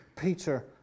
Peter